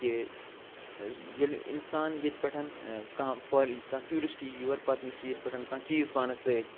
کہِ ییٚلہِ اِنسان ییٚتہِ پٮ۪ٹھ کانٛہہ فار کانٛہہ ٹوٗرسٹ یی یور پتہٕ نی سُہ ییٚتہِ پٮ۪ٹھ کانٛہہ چیٖز پانس سۭتۍ